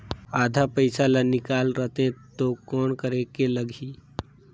आधा पइसा ला निकाल रतें तो कौन करेके लगही?